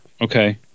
Okay